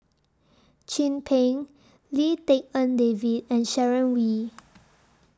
Chin Peng Lim Tik En David and Sharon Wee